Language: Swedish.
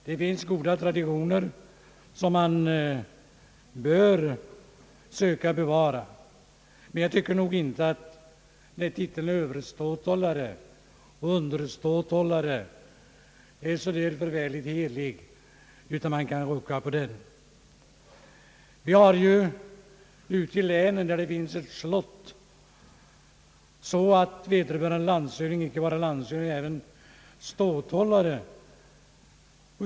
Det finns goda traditioner som man bör söka bevara, men jag tycker nog inte att titlarna överståthållare och underståthållare är så förfärligt heliga att man inte kan rucka på dem. Ute i länen residerar ju landshövdingarna i vissa fall på slott, så att vederbörande länschef inte bara är landshövding utan även ståthållare.